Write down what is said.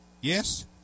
Yes